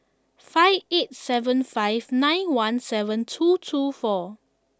five eight seven five nine one seven two two four